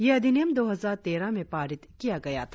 यह अधिनियम दो हजार तेरह में पारित किया गया था